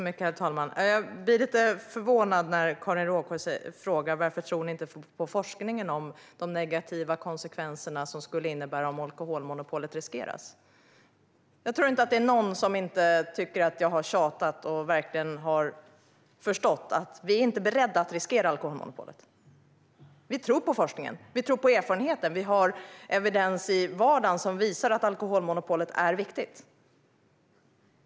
Herr talman! Jag blir lite förvånad när Karin Rågsjö frågar varför vi inte tror på forskningen om de negativa konsekvenser det skulle få om alkoholmonopolet slopas. Det är nog ingen som inte har förstått att vi inte är beredda att riskera alkoholmonopolet. Vi tror på forskningen. Vi tror på erfarenheten. Det finns evidens i vardagen som visar att alkoholmonopolet är viktigt.